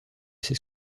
ses